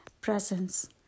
presence